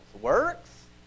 Works